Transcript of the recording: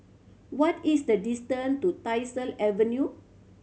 what is the distance to Tyersall Avenue